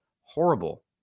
horrible